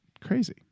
crazy